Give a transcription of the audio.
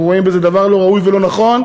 אנחנו רואים בזה דבר לא ראוי ולא נכון,